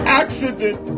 accident